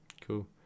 Cool